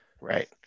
Right